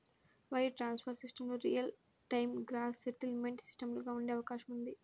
wire transfer సిస్టమ్లు real time gross settlement సిస్టమ్లుగా ఉండే అవకాశం ఉంది